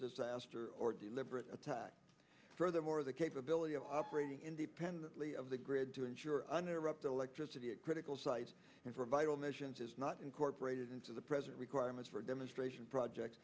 disaster or deliberate attack furthermore the capability of operating independently of the grid to ensure uninterrupted electricity at critical sites for vital nations is not incorporated into the present requirements for demonstration project